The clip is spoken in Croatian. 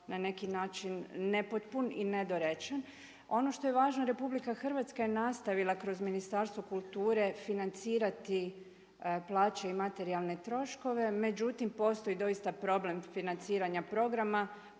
na neki način nepotpun i nedorečeno. Ono što je važno, RH je nastavila kroz Ministarstvo kulture financirati plaću i materijalne troškove, međutim postoji doista problem financiranja programa